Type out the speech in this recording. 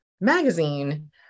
magazine